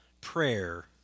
prayer